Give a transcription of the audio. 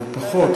פחות.